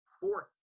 fourth